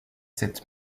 cette